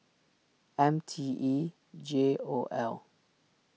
M T E J O L